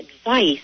advice